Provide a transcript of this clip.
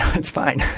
it's fine.